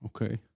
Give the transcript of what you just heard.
Okay